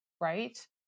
right